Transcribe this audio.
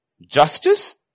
justice